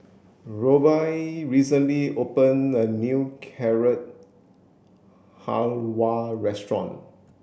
Roby recently opened a new Carrot Halwa restaurant